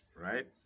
Right